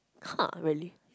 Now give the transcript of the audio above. !huh! really